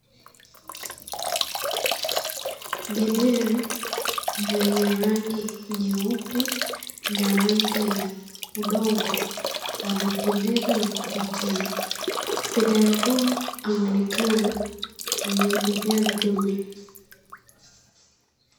Beberu mwenye rangi nyeupe, na rangi ya udongo amependeza na kuvutia. Beberu huyu anaonekana ni beberu dume.